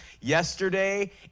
yesterday